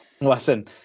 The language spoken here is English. Listen